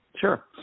Sure